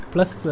Plus